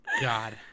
god